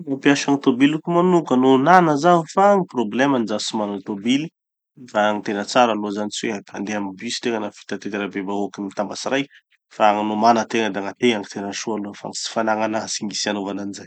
Mampiasa gny tobiliko manoka aloha no nana zaho fa gny problemany zaho tsy mana tobily. Fa gny tena tsara aloha zany, tsy hoe handeha amy bus tegna, na fitateram-bem-bahoaky mitambatsy raiky, fa no mana tegna de gn'ategna gny tena soa aloha fa gny tsy fanagna anazy gny tsy anaovanan'izay.